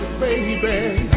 baby